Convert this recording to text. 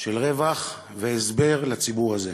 של רווח והסבר לציבור הזה.